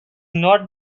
not